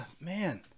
man